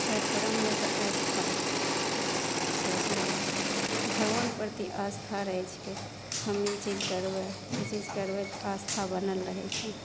छठि पर्वमे तऽ आस्था सबसे बड़ा भगवान प्रति आस्था रहै छिकै हम ई चीज करबै ओ चीज करबै तऽ आस्था बनल रहै छै